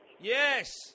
Yes